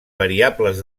variables